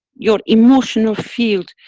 your emotional field,